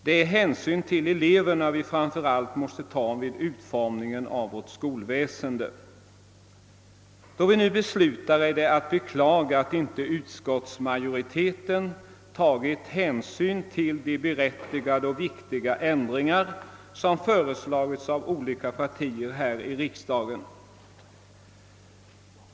Det är framför allt hänsynen till eleverna som måste bestämma utformningen av vårt skolväsende. Det är beklagligt att inte utskottsmajoriteten tagit hänsyn till de berättigade och viktiga ändringar som föreslagits av olika partier här i riksdagen.